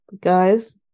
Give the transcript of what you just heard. guys